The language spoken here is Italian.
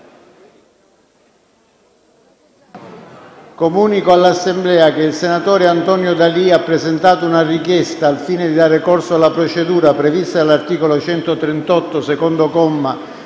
Comunico all'Assemblea che il senatore Antonio D'Alì ha presentato una richiesta al fine di dare corso alla procedura - prevista dall'articolo 138, secondo comma,